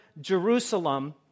Jerusalem